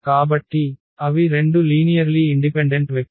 కాబట్టి అవి 2 linearly independent vector